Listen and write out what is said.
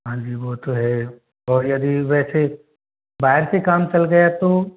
हाँ जी वो तो है और यदि वैसे वायर से काम चल गया तो